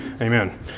amen